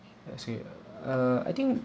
I see uh uh I think